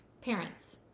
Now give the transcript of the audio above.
parents